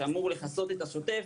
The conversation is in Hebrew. שאמור לכסות את השוטף,